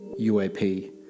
UAP